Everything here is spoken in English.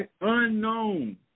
Unknown